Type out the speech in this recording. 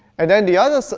and then the other so